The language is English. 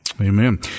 Amen